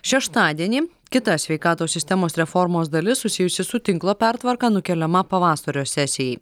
šeštadienį kita sveikatos sistemos reformos dalis susijusi su tinklo pertvarka nukeliama pavasario sesijai